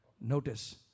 Notice